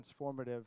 transformative